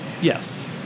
Yes